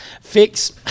fix